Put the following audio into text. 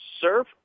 Surf